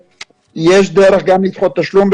יש דרך גם לדחות תשלום,